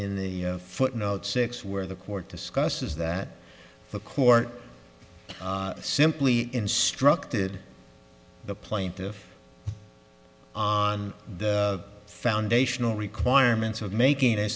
in the footnote six where the court discusses that the court simply instructed the plaintiff on the foundational requirements of making a